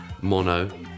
mono